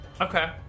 Okay